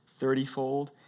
thirtyfold